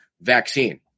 vaccine